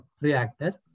reactor